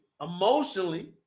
emotionally